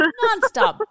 nonstop